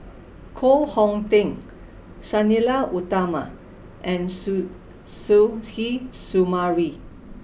Koh Hong Teng Sang Nila Utama and Suzairhe Sumari